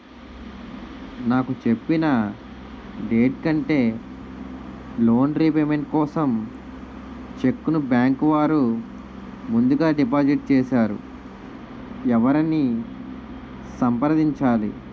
నాకు చెప్పిన డేట్ కంటే లోన్ రీపేమెంట్ కోసం చెక్ ను బ్యాంకు వారు ముందుగా డిపాజిట్ చేసారు ఎవరిని సంప్రదించాలి?